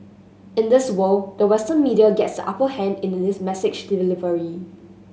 in this world the Western media gets the upper hand in the this message delivery